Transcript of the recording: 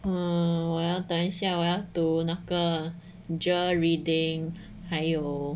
嗯我要等一下我要读那个 J_E_R reading 还有